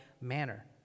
manner